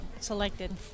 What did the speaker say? selected